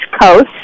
coast